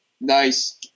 Nice